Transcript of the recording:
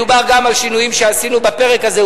מדובר גם על שינויים שעשינו בפרק הזה,